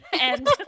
and-